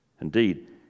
Indeed